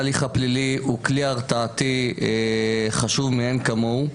ההליך הפלילי הוא כלי הרתעתי חשוב מאין כמוהו.